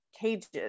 cages